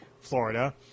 Florida